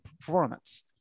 performance